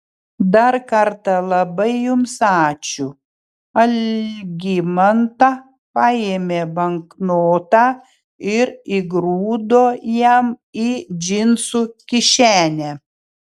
dar kartą labai jums ačiū algimanta paėmė banknotą ir įgrūdo jam į džinsų kišenę